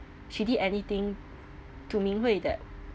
she did anything to ming hui that